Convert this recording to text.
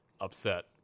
upset